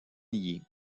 nié